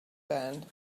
band